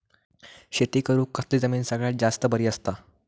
शेती करुक कसली जमीन सगळ्यात जास्त बरी असता?